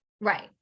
Right